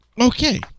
Okay